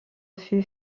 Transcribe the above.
fut